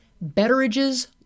Betteridge's